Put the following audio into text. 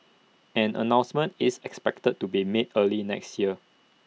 an announcement is expected to be made early next year